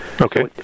Okay